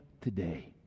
today